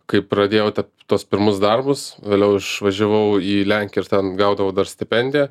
kaip pradėjau tuos pirmus darbus vėliau išvažiavau į lenkiją ir ten gaudavau dar stipendiją